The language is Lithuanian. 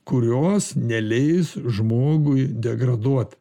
kurios neleis žmogui degraduot